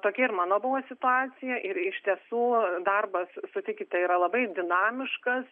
tokia ir mano buvo situacija ir iš tiesų darbas sutikite yra labai dinamiškas